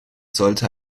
sollte